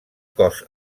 cos